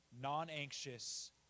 non-anxious